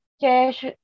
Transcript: cash